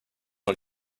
not